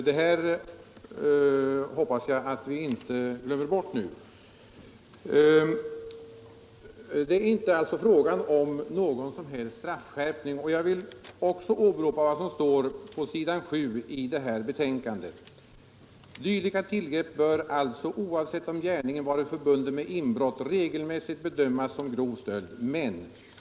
Det hoppas jag inte glöms bort i detta sammanhang. Nu är det inte fråga om någon som helst straffskärpning i vårt förslag, och jag vill citera vad som står på s. 7 i utskottets betänkande, nämligen följande: ”Dylika tillgrepp bör alltså — oavsett om gärningen varit förbunden med inbrott — regelmässigt bedömas som grov stöld.